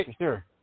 sure